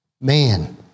man